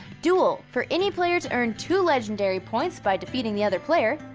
duel, for any player to earn two legendary points by defeating the other player.